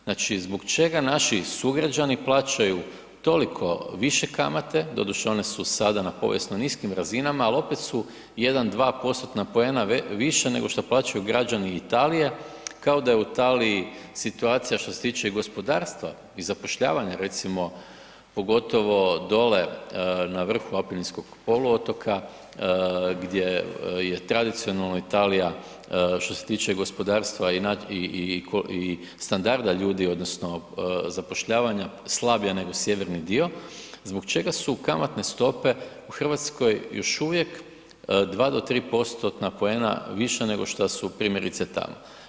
Znači, zbog čega naši sugrađani plaćaju toliko više kamate, doduše one su sada na povijesno niskim razinama, al opet su 1, 2%-tna poena više nego što plaćaju građani Italije kao da je u Italiji situacija što se tiče i gospodarstva i zapošljavanja recimo pogotovo dole na vrhu Apeninskog poluotoka gdje je tradicionalno Italija što se tiče gospodarstva i standarda ljudi odnosno zapošljavanja slabija nego sjeverni dio, zbog čega su kamatne stope u Hrvatskoj još uvijek 2 do 3%-tna poena više nego što su primjerice tamo.